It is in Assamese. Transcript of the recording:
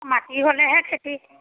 মাটি হ'লেহে খেতি